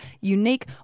unique